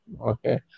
okay